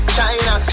China